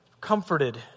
comforted